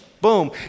Boom